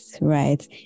right